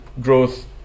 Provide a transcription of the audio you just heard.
growth